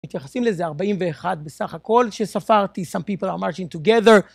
מתייחסים לזה ארבעים ואחד בסך הכל, שספרתי, some people are marching together